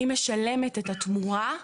אני משלמת את התמורה.